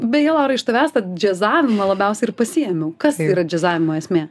beje laura iš tavęs tą džiazavimą labiausia ir pasiėmiau kas yra džiazavimo esmė